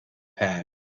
pad